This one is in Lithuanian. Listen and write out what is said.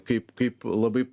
kaip kaip labai